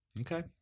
Okay